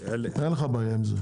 אין לי בעיה עם זה.